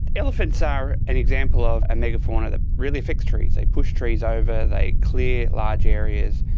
elephants are an example of a mega-fauna that really affects trees, they push trees over, they clear large areas,